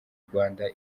rwanda